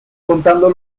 contando